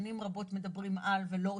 שנים רבות מדברים על ולא עושים.